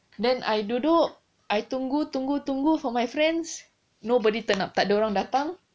then I duduk I tunggu tunggu tunggu for my friends nobody turn up tak ada orang datang